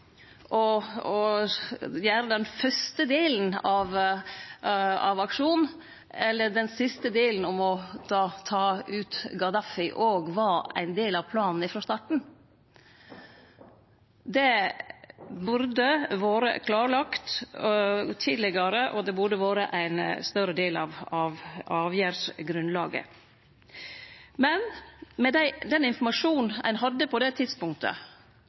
berre å gjere den fyrste delen av aksjonen, eller om den siste delen, å ta ut Gaddafi, òg var ein del av planen frå starten. Det burde vore klarlagt tidlegare, og det burde vore ein større del av avgjerdsgrunnlaget. Men med den informasjonen ein hadde på det tidspunktet,